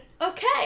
Okay